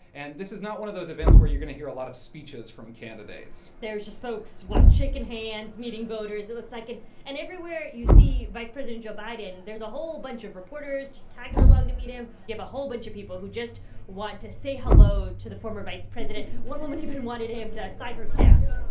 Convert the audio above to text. and this is not one of those events where you're going to hear a lot of speeches from candidates there's just folks what? shaking hands, meeting voters, it looks like. and and everywhere you see vice president joe biden, there's a whole bunch of reporters just tagging along to meet him. you have a whole bunch of people who just want to say hello to the former vice president. one woman even wanted him to sign her cast